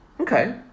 Okay